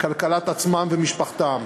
בכלכלת עצמם ומשפחתם,